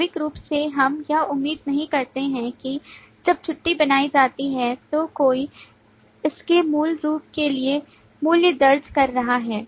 स्वाभाविक रूप से हम यह उम्मीद नहीं करते हैं कि जब छुट्टी बनाई जाती है तो कोई इसके मूल्य के लिए मूल्य दर्ज कर रहा है